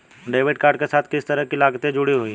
Debit card के साथ किस तरह की लागतें जुड़ी हुई हैं?